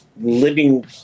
living